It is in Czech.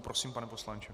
Prosím, pane poslanče.